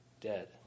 dead